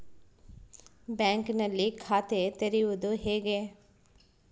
ಬ್ಯಾಂಕಿನಲ್ಲಿ ಖಾತೆ ತೆರೆಯುವುದು ಹೇಗೆ?